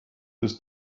this